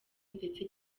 ndetse